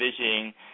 vision